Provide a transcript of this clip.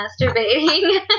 masturbating